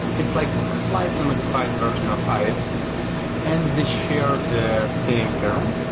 it's like slightly modified version of ios and they share the same kernel.